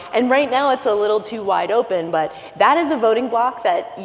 and right now, it's a little too wide open. but that is a voting block that,